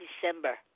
December